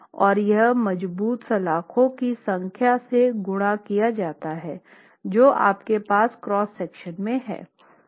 और यह मजबूत सलाखों की संख्या से गुणा किया जाता है जो आपके पास क्रॉस सेक्शन में है